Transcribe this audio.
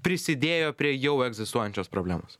prisidėjo prie jau egzistuojančios problemos